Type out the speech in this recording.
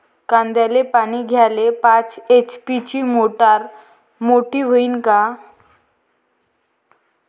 कांद्याले पानी द्याले पाच एच.पी ची मोटार मोटी व्हईन का?